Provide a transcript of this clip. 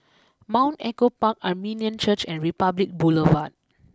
Mount Echo Park Armenian Church and Republic Boulevard